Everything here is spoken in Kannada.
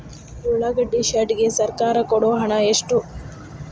ಉಳ್ಳಾಗಡ್ಡಿ ಶೆಡ್ ಗೆ ಸರ್ಕಾರ ಕೊಡು ಹಣ ಎಷ್ಟು?